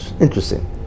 interesting